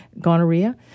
gonorrhea